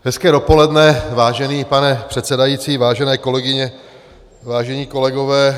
Hezké dopoledne, vážený pane předsedající, vážené kolegyně, vážení kolegové.